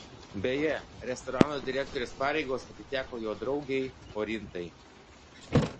beje restorano direktorės pareigos atiteko jo draugei orintai